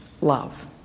love